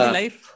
life